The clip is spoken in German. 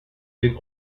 den